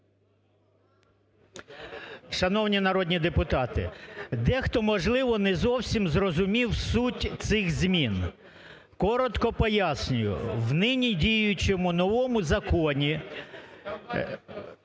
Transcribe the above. Шановні народні депутати, дехто, можливо, не зовсім зрозумів суть цих змін. Коротко пояснюю, в нині діючому новому законі